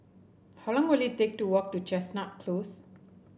how long will it take to walk to Chestnut Close